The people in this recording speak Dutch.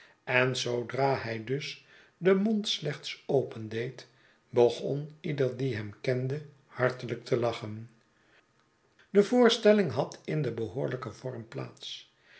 en zoodra hij dus den mond slechts opendeed begon ieder die hem kende hartelijk telachen de voorstelling had in den behoorlijken vorm plaats